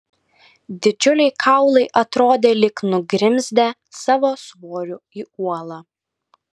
didžiuliai kaulai atrodė lyg nugrimzdę savo svoriu į uolą